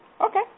Okay